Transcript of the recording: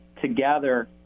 together